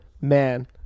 man